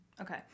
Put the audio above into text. Okay